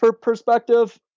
perspective